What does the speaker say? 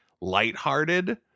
lighthearted